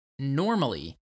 Normally